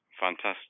fantastic